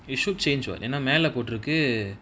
you should change [what] ஏனா மேல போட்டிருக்கு:yenaa mela potiruku